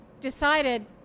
decided